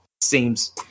Seems